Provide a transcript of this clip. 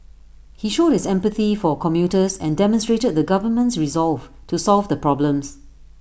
he showed his empathy for commuters and demonstrated the government's resolve to solve the problems